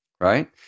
right